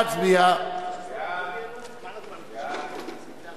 ההצעה להעביר את הצעת חוק העיסוק בייעוץ השקעות,